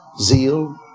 zeal